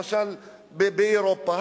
למשל באירופה,